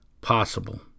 possible